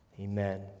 Amen